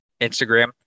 Instagram